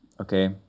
okay